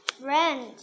friend